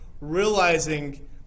realizing